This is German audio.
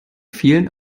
vielen